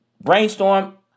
brainstorm